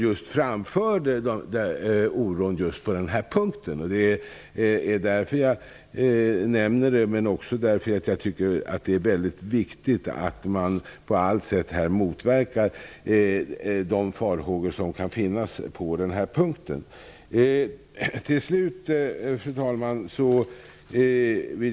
Han framförde att han var orolig på just den punkten. Jag tycker att det är viktigt att på alla sätt motverka de farhågor som kan finnas på den punkten. Fru talman!